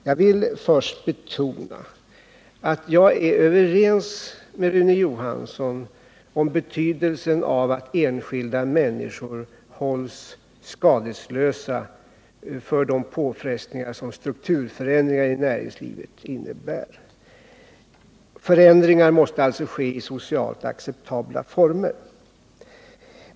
Jag vill först betona att jag är överens med Rune Johansson om betydelsen av att enskilda människor hålls skadeslösa för de påfrestningar som strukturförändringar i näringslivet innebär. Förändringar måste alltså ske i socialt acceptabla former.